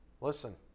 Listen